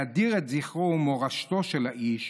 להדיר את זכרו ומורשתו של האיש.